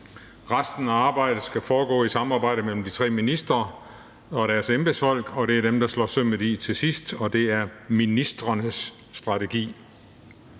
Resten af arbejdet skal foregå i samarbejde mellem de tre ministre og deres embedsfolk, og det er dem, der slår sømmet i til sidst. Og det er ministrenes strategi.